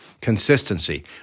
Consistency